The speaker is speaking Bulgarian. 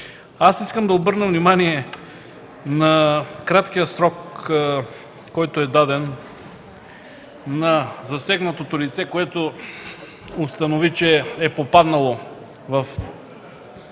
Искам да обърна внимание на краткия срок, даден на засегнатото лице, което установи, че е попаднало в